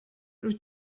rwyt